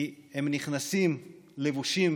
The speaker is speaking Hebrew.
כי הם נכנסים לבושים